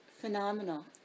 phenomenal